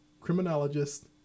criminologist